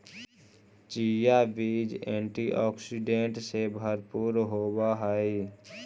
chia बीज antioxidant से भरपूर होवअ हई